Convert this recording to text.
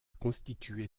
constituée